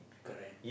correct